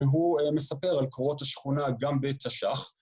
והוא מספר על קורות השכונה גם בתש"ח.